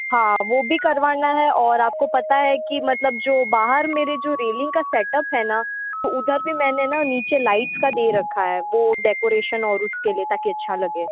हाँ वो भी करवाना है और आपको पता है कि मतलब जो बहार मेरे जो रेलिंग का सेटअप है ना तो उधर भी मैंने ना नीचे लाइट्स का दे रखा है वो डेकोरेशन और उसके लिए ताकि अच्छा लगे